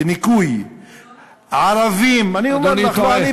בניכוי ערבים, זה לא נכון.